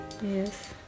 Yes